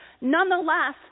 Nonetheless